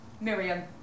Miriam